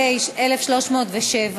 פ/1307,